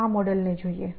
આ મોડેલને જોઈએ